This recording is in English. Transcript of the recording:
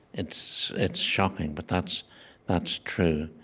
it's it's shocking, but that's that's true.